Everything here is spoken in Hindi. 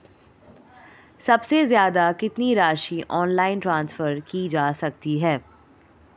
सबसे ज़्यादा कितनी राशि ऑनलाइन ट्रांसफर की जा सकती है?